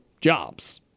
jobs